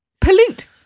Pollute